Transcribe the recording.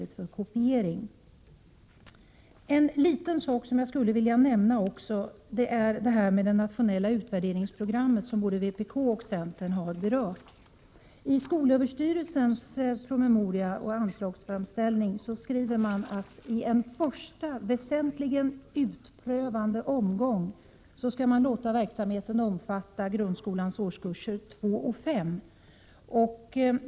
En liten sak som jag också skulle vilja nämna är det nationella utvärderingsprogram som både vpk och centern har berört. I skolöverstyrelsens promemoria och anslagsframställning skriver man att i en första, väsentligen utprövande, omgång skall man låta verksamheten omfatta grundskolans årskurser 2 och 5.